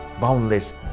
boundless